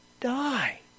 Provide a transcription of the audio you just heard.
die